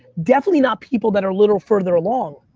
definitely not people that are a little further along.